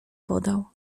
podał